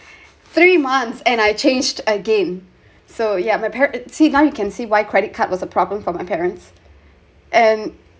three months and I changed again so yeah my parents see now you can see why credit card was a problem for my parents and